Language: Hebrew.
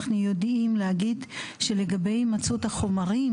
אנחנו יודעים להגיד שלגבי הימצאות החומרים,